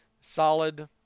solid